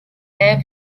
air